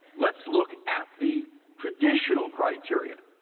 let's look at the traditional criteria.